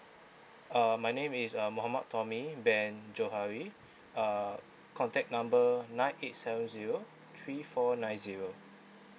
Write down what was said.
uh my name is uh muhammad tommy bin johari uh contact number nine eight seven zero three four nine zero